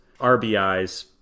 rbis